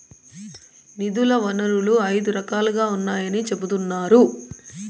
నిధుల వనరులు ఐదు రకాలుగా ఉన్నాయని చెబుతున్నారు